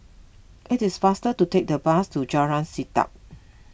it is faster to take the bus to Jalan Sedap